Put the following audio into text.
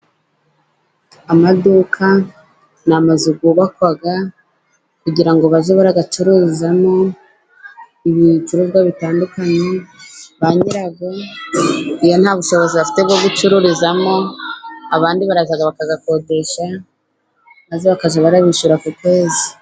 Amaduka ni amazu yubakwamo, kugira ngo bajye baracuruzamo ibicuruzwa bitandukanye, ba nyirayo iyo nta bushobozi bafite bwo gucururizamo, abandi baraza bakayakodesha, maze bakajya barabishyura ku kwezi.